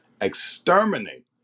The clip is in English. exterminate